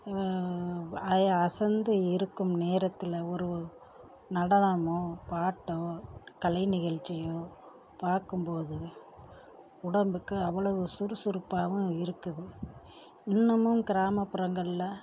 அய் அசந்து இருக்கும் நேரத்தில் ஒரு நடனமோ பாட்டோ கலை நிகழ்ச்சியோ பார்க்கும்போது உடம்புக்கு அவ்வளவு சுறுசுறுப்பாகவும் இருக்குது இன்னமும் கிராமப்புறங்களில்